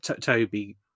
Toby